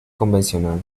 convencional